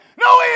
No